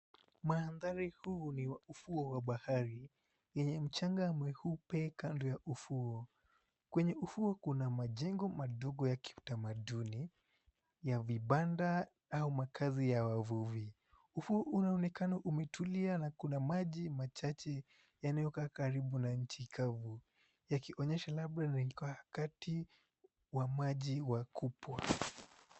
Mandhari huu ni wa ufuo wa bahari yenye mchanga mweupe kando ya ufuo kwenye ufuo kuna majengo madogo ya kitamaduni ya vibanda au makazi ya wavuvi, ufuo unaonekana umetulia na kuna maji machache yanayokaa karibu na nchi kavu yakionyesha labda ni wakati wa maji wa kupwa.